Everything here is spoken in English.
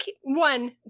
one